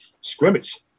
scrimmage